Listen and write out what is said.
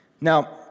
Now